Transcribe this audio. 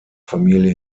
familie